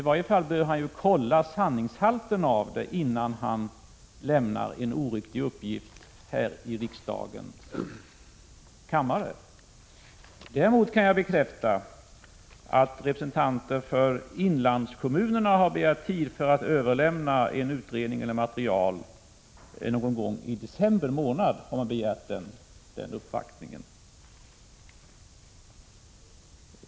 I varje fall bör Börje Hörnlund kontrollera sanningshalten i de uppgifter han lämnar i riksdagen. Vad jag kan bekräfta är att representanter för inlandskommunerna har begärt tid för att överlämna material från en utredning någon gång i 33 december månad.